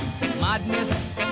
Madness